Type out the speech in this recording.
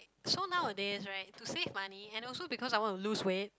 so nowadays right to save money and also because I want to lose weight